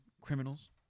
criminals